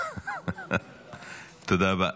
תודה רבה.